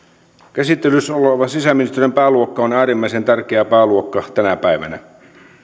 käsittelyssä oleva sisäministeriön pääluokka on äärimmäisen tärkeä pääluokka tänä päivänä